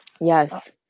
Yes